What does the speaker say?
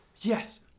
yes